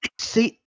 see